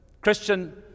Christian